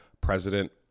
president